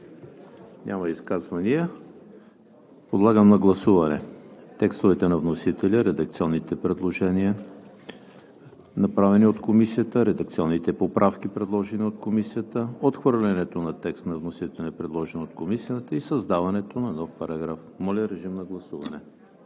Няма. Подлагам на гласуване текстовете на вносителя; редакционните предложения, направени от Комисията; редакционните поправки, предложени от Комисията; отхвърлянето на текст на вносителя, предложен от Комисията; и създаването на нов параграф. Гласували